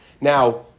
Now